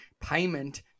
payment